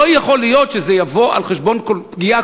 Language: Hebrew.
לא יכול להיות שזה יבוא על חשבון פגיעה